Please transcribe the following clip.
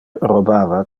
robava